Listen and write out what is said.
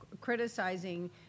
criticizing